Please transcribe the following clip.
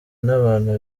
n’abantu